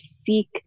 seek